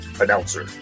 Announcer